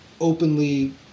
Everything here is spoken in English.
openly